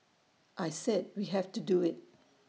I said we have to do IT